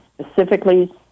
specifically